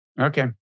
Okay